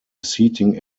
seating